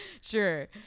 Sure